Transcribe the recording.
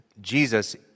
Jesus